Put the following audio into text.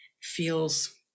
feels